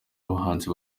abahanzi